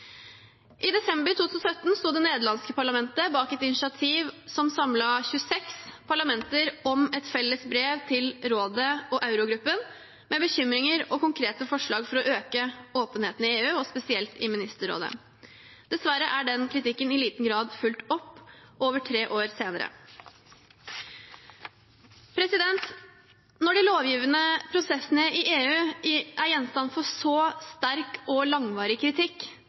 I desember 2017 sto det nederlandske parlamentet bak et initiativ som samlet 26 parlamenter om et felles brev til Rådet og Eurogruppen med bekymringer og konkrete forslag for å øke åpenheten i EU og spesielt i Ministerrådet. Dessverre er denne kritikken i liten grad fulgt opp over tre år senere. Når de lovgivende prosessene i EU er gjenstand for så sterk og langvarig kritikk,